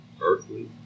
earthly